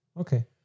Okay